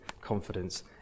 confidence